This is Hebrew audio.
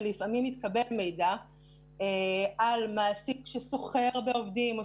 ולפעמים מתקבל מידע על מעסיק שסוחר בעובדים או